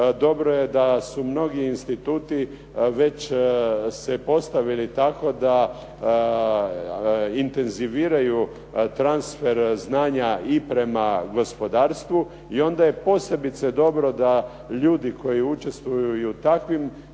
dobro je da su mnogi instituti već se postavili tako da intenziviraju transfer znanja i prema gospodarstvu i onda je posebice dobro da ljudi koji učestvuju i u takvim